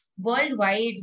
worldwide